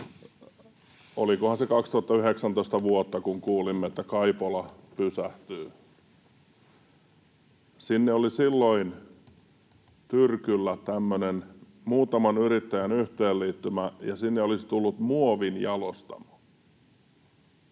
Olikohan se vuotta 2019, kun kuulimme, että Kaipola pysähtyy. Sinne oli silloin tyrkyllä tämmöinen muutaman yrittäjän yhteenliittymä, ja sinne olisi tullut muovinjalostamo,